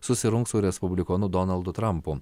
susirungs su respublikonu donaldu trampu